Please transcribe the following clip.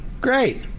Great